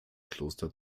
kloster